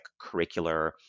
curricular